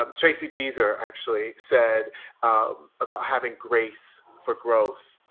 um tracee beazer actually said about having grace for growth.